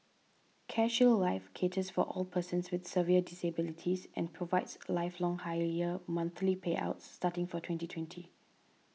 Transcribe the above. CareShield Life caters for all persons with severe disabilities and provides lifelong higher monthly payouts starting from twenty twenty